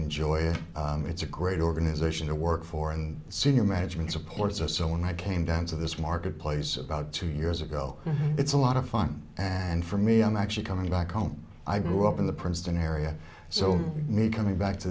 enjoy it's a great organization to work for and senior management supports or so when i came down to this marketplace about two years ago it's a lot of fun and for me i'm actually coming back home i grew up in the princeton area so me coming back to